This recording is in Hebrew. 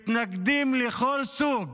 מתנגדים לכל סוג